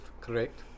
correct